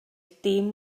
dim